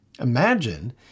Imagine